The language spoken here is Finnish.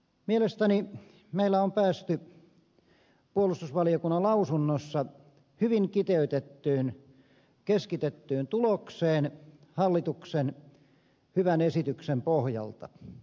mielestäni meillä on päästy puolustusvaliokunnan lausunnossa hyvin kiteytettyyn keskitettyyn tulokseen hallituksen hyvän esityksen pohjalta